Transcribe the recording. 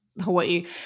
Hawaii